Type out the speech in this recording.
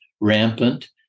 rampant